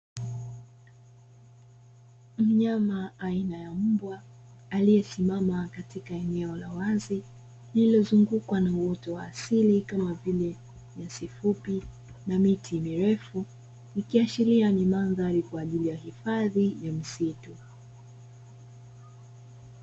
Mnyama aina ya mbwa aliyesimama katika eneo la wazi lililozungukwa na uoto wa asili kama vile nyasi fupi na miti mirefu, ikiashiria ni mantahri kwa ajili ya hifadhi ya msitu.